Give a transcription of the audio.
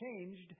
changed